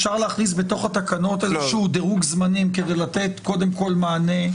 אפשר להכניס בתוך התקנות איזשהו דירוג זמנים כדי לתת קודם כל מענה.